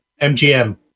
MGM